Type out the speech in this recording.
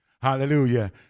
hallelujah